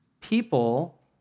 people